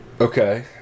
Okay